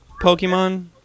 Pokemon